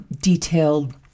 detailed